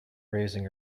raising